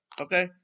Okay